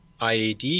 iad